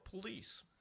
police